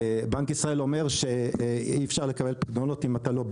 בנק ישראל אומר שאי אפשר לקבל פיקדונות אם אתה לא בנק,